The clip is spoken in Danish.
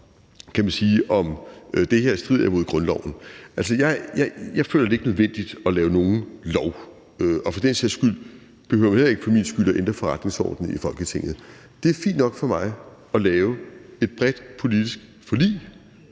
går så på, om det her strider mod grundloven. Altså, jeg føler det ikke nødvendigt at lave nogen lov, og for den sags skyld behøver man heller ikke for min skyld at ændre forretningsordenen i Folketinget. Det er fint nok for mig at lave et bredt politisk forlig.